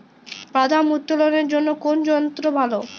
বাদাম উত্তোলনের জন্য কোন যন্ত্র ভালো?